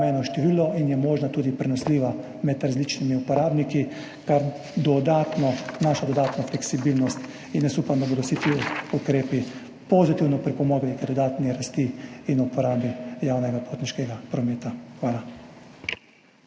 in je tudi prenosljiva med različnimi uporabniki, kar vnaša dodatno fleksibilnost. Upam, da bodo vsi ti ukrepi pozitivno pripomogli k dodatni rasti in uporabi javnega potniškega prometa. Hvala.